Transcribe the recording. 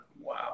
Wow